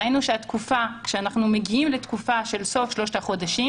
ראינו שאנחנו מגיעים לתקופה של סוף שלושת החודשים